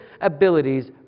abilities